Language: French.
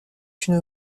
une